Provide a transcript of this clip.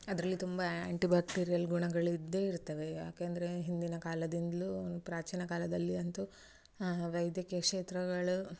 ಅದರಲ್ಲಿ ತುಂಬ ಆಂಟಿಬ್ಯಾಕ್ಟೀರಿಯಲ್ ಗುಣಗಳು ಇದ್ದೇ ಇರ್ತವೆ ಯಾಕೆಂದರೆ ಹಿಂದಿನ ಕಾಲದಿಂದಲೂ ಪ್ರಾಚೀನ ಕಾಲದಲ್ಲಿ ಅಂತೂ ವೈದ್ಯಕೀಯ ಕ್ಷೇತ್ರಗಳು